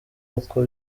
uko